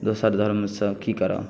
दोसर धर्मसँ की करब